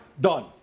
done